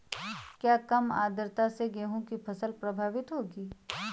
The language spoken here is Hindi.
क्या कम आर्द्रता से गेहूँ की फसल प्रभावित होगी?